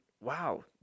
wow